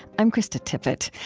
i'm krista tippett.